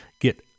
get